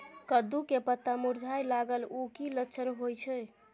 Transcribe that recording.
कद्दू के पत्ता मुरझाय लागल उ कि लक्षण होय छै?